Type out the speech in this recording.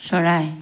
চৰাই